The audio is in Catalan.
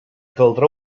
caldrà